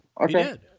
Okay